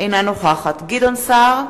אינה נוכחת גדעון סער,